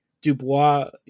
Dubois